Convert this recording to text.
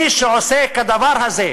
מי שעושה כדבר הזה,